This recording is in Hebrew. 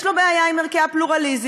יש לו בעיה עם ערכי הפלורליזם.